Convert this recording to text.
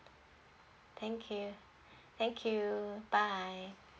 thank you thank you bye